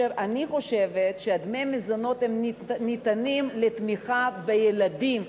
ואני חושבת שדמי המזונות ניתנים לתמיכה בילדים,